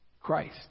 Christ